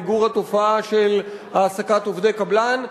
מיגור התופעה של העסקת עובדי קבלן,